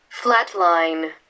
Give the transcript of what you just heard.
Flatline